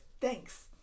thanks